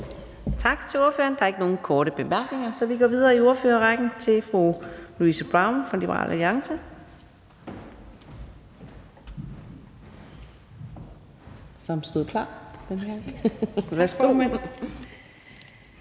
Tak til ordføreren. Der er ikke nogen korte bemærkninger, så vi går videre i ordførerrækken til fru Louise Brown fra Liberal Alliance